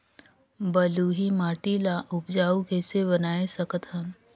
बलुही माटी ल उपजाऊ कइसे बनाय सकत हन?